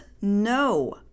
no